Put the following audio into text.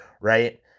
right